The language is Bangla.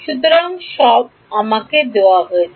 সুতরাং সব আমাকে দেওয়া হয়েছে